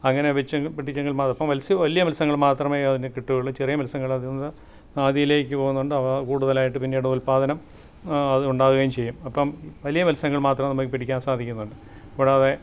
അങ്ങനെ വെച്ച് പിടിച്ചെങ്കിൽ ഇപ്പം വല്യ മത്സ്യങ്ങൾ മാത്രമേ അതിൽ കിട്ടുകയുളളൂ ചെറിയ മത്സ്യങ്ങളതിൽ നിന്ന് നദിയിലേക്ക് പോകുന്നുണ്ട് അതാ കൂടുതലായിട്ട് പിന്നീടുൽപ്പാദനം അതുണ്ടാകുകയും ചെയ്യും അപ്പം വലിയ മത്സ്യങ്ങൾ മാത്രം നമുക്ക് പിടിക്കാൻ സാധിക്കുന്നുണ്ട് കൂടാതെ